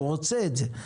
הוא רוצה את זה,